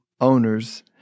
owners